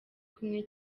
kumwe